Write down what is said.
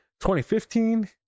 2015